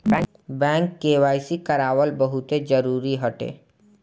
bank KYC करावल बहुते जरुरी हटे